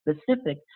specific